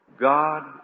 God